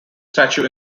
statue